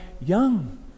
young